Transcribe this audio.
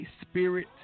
spirit